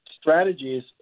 strategies